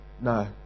No